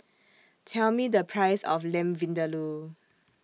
Tell Me The Price of Lamb Vindaloo